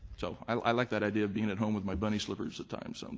so i like that idea being at home with my bunny slippers at times. um